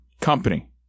company